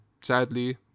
sadly